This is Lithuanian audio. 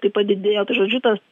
taip pat didėjo tai žodžiu tas